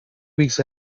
weeks